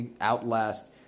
outlast